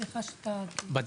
הם בכנסת?